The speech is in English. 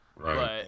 Right